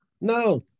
no